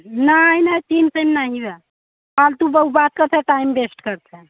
नहीं नहीं तीन सौ में नहीं बा फालतू बहुत बात करता टाइम वेस्ट करत है